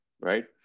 right